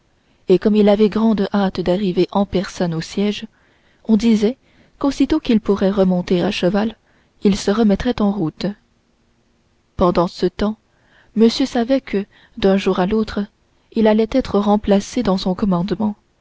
et comme il avait grande hâte d'arriver en personne au siège on disait qu'aussitôt qu'il pourrait remonter à cheval il se remettrait en route pendant ce temps monsieur qui savait que d'un jour à l'autre il allait être remplacé dans son commandement